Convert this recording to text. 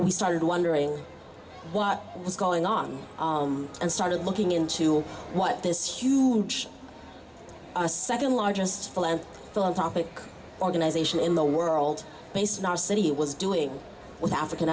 we started wondering what was going on and started looking into what this huge a second largest philanthropic organization in the our old place in our city was doing with african